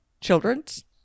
children's